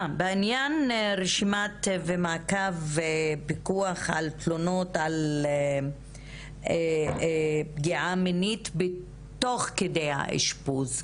בעניין מעקב ופיקוח על תלונות על פגיעה מינית תוך כדי האשפוז,